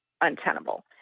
untenable